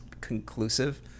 conclusive